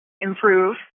improve